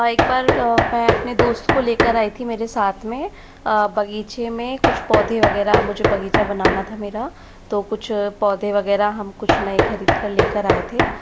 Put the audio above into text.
एक बार मैं अपने दोस्त को लेकर आई थी मेरे साथ में बगीचे में कुछ पौधे वगैरह मुझे बगीचा बनाना था मेरा तो कुछ पौधे वगैरह हम कुछ नये खरीद कर लेकर आए थे